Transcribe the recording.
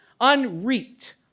unreaped